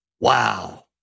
Wow